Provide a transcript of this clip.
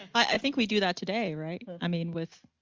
i think we do that today, right? i mean with.